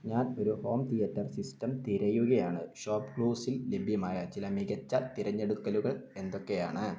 ഞാൻ ഒരു home theatre system തിരയുകയാണ് ഷോപ്പ്ക്ലൂസിൽ ലഭ്യമായ ചില മികച്ച തിരഞ്ഞെടുക്കലുകൾ എന്തൊക്കെയാണ്